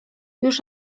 już